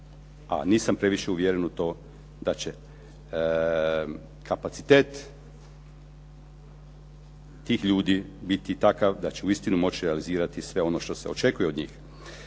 a nisam previše uvjeren u to da će kapacitet tih ljudi biti takav da će uistinu moći realizirati sve ono što se očekuje od njih.